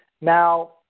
now